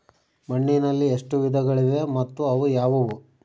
ಮಣ್ಣಿನಲ್ಲಿ ಎಷ್ಟು ವಿಧಗಳಿವೆ ಮತ್ತು ಅವು ಯಾವುವು?